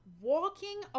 walking